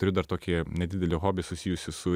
turiu dar tokį nedidelį hobį susijusį su